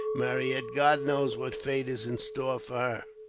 marryat. god knows what fate is in store for her.